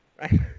right